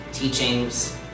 teachings